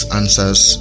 answers